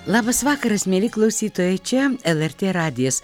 labas vakaras mieli klausytojai čia lrt radijas